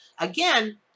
Again